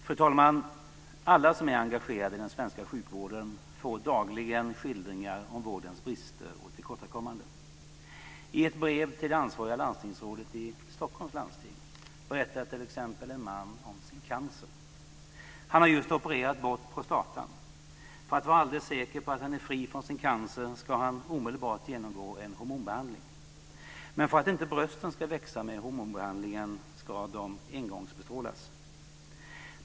Fru talman! Alla som är engagerade i den svenska sjukvården får dagligen skildringar om vårdens brister och tillkortakommanden. I ett brev till det ansvariga landstingsrådet i Stockholms läns landsting berättar t.ex. en man om sin cancer. Han har just opererat bort prostatan. För att vara alldeles säker på att han är fri från sin cancer ska han omedelbart genomgå en hormonbehandling. Men för att brösten inte ska växa med hormonbehandlingen ska de engångsbestrålas.